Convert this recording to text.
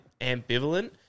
ambivalent